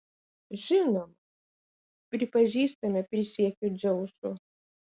žinoma pripažįstame prisiekiu dzeusu